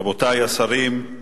רבותי השרים,